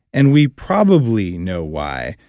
and we probably know why,